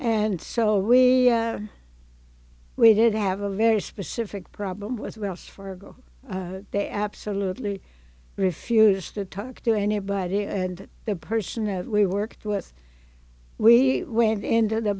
and so we we did have a very specific problem with wells fargo they absolutely refused to talk to anybody and the person that we worked with we went into the